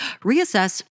reassess